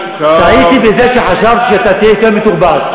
טעיתי בזה שחשבתי שאתה תהיה יותר מתורבת.